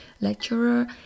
lecturer